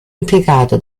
impiegato